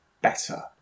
better